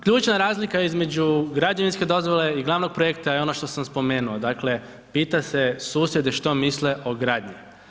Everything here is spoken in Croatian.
Ključna razlika između građevinske dozvole i glavnog projekta je ono što sam spomenuo, dakle pita se susjede što misle o gradnji.